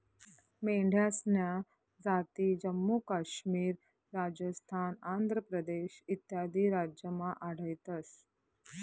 मेंढ्यासन्या जाती जम्मू काश्मीर, राजस्थान, आंध्र प्रदेश इत्यादी राज्यमा आढयतंस